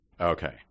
Okay